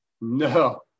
No